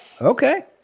Okay